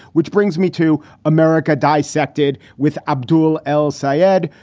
which brings me to america dissected with abdool el sayad,